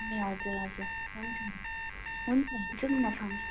ए हजुर हजुर हुन्छ नि हुन्छ जाउँ न त अनि